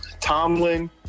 Tomlin